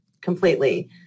completely